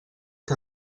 que